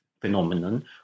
phenomenon